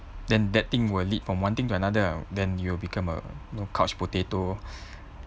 then that thing will lead from one thing to another ah then you will become a you know couch potato